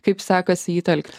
kaip sekasi jį telkt